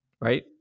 right